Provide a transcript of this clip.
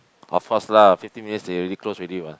of course lah fifteen minutes they already close already what